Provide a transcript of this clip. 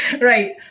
right